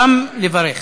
גם, לברך.